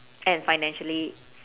and financially